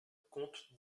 comte